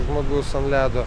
žmogus ant ledo